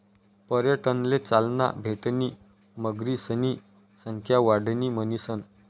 पर्यटनले चालना भेटणी मगरीसनी संख्या वाढणी म्हणीसन